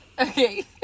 Okay